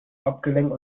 abgelenkt